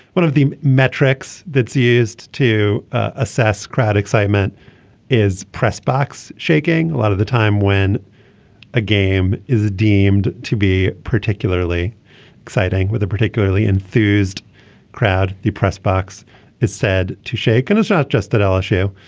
one of the metrics that's used to assess crowd excitement is press box shaking a lot of the time when a game is deemed to be particularly exciting with a particularly enthused crowd the press box is said to shake and it's not just that lsu.